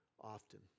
often